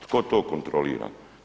Tko to kontrolira?